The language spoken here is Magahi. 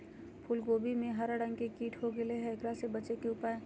फूल कोबी में हरा रंग के कीट हो गेलै हैं, एकरा से बचे के उपाय?